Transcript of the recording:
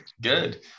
Good